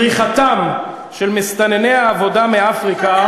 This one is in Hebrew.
כאשר הביעה תמיכה בבריחתם של מסתנני העבודה מאפריקה,